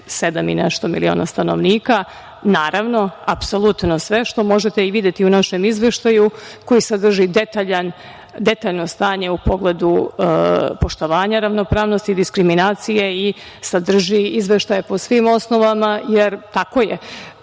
i nešto miliona stanovnika? Naravno, apsolutno sve, što možete i videti u našem izveštaju koji sadrži detaljno stanje u pogledu poštovanja ravnopravnosti, diskriminacije i sadrži izveštaje po svim osnovama. Tako je